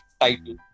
title